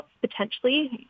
potentially